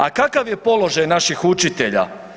A kakav je položaj naših učitelja?